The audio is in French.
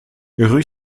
rue